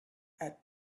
had